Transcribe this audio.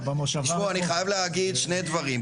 אני חייב להגיד שני דברים.